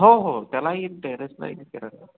हो हो त्यालाही टेरेसलाही करायचं